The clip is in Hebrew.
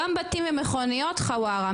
גם בתים ומכוניות חווארה,